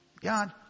God